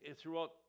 throughout